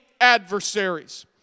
adversaries